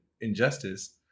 injustice